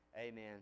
Amen